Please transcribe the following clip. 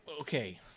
Okay